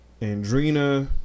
Andrina